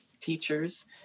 teachers